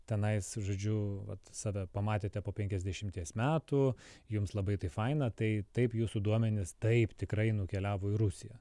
tenais žodžiu vat save pamatėte po penkiasdešimties metų jums labai tai faina tai taip jūsų duomenys taip tikrai nukeliavo į rusiją